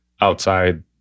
outside